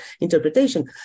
interpretation